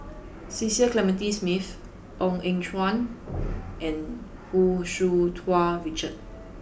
Cecil Clementi Smith Ong Eng Guan and Hu Tsu Tau Richard